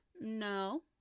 No